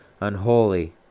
unholy